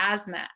Asthma